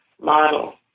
model